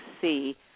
see